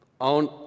on